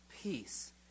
peace